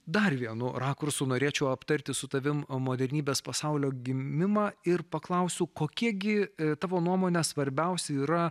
dar vienu rakursu norėčiau aptarti su tavim o modernybės pasaulio gimimą ir paklausiu kokie gi tavo nuomone svarbiausi yra